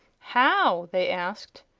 how? they asked.